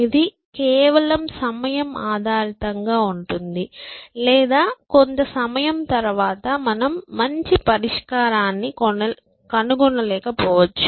ఇది కేవలం సమయం ఆధారితంగా ఉంటుంది లేదా కొంత సమయం తర్వాత మనం మంచి పరిష్కారాన్ని కనుగొనలేకపోవచ్చు